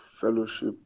fellowship